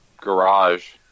garage